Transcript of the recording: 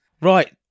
Right